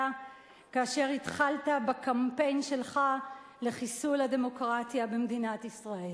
כאשר התחלת בקמפיין שלך לחיסול הדמוקרטיה במדינת ישראל.